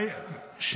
נשים.